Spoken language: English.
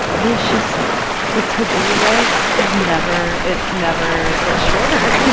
there's just the to do list is never it never gets shorter.